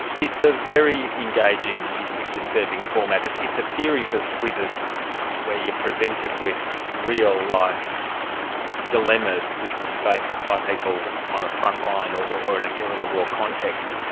it's a very engaging, if if disturbing, format. it's it's a series of quizzes where you are presented with real life dilemmas which would be faced by people on a frontline or in guerrilla war context,